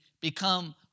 become